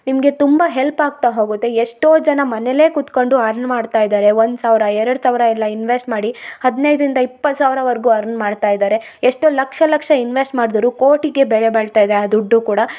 ನಿಮಗೆ ತುಂಬ ಹೆಲ್ಪ್ ಆಗ್ತಾ ಹೋಗುತ್ತೆ ಎಷ್ಟೋ ಜನ ಮನೆಲ್ಲೆ ಕುತ್ಕೊಂಡು ಅರ್ನ್ ಮಾಡ್ತಾ ಇದಾರೆ ಒಂದು ಸಾವಿರ ಎರಡು ಸಾವಿರ ಎಲ್ಲ ಇನ್ವೆಸ್ಟ್ ಮಾಡಿ ಹದಿನೈದರಿಂದ ಇಪ್ಪತ್ತು ಸಾವಿರವರೆಗು ಅರ್ನ್ ಮಾಡ್ತಾಯಿದ್ದಾರೆ ಎಷ್ಟೋ ಲಕ್ಷ ಲಕ್ಷ ಇನ್ವೆಸ್ಟ್ ಮಾಡ್ದೋರು ಕೋಟಿಗೆ ಬೆಲೆ ಬಾಳ್ತಯಿದೆ ಆ ದುಡ್ಡು ಕೂಡ